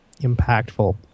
impactful